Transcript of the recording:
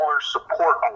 Support